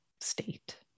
state